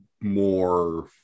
more